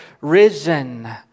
risen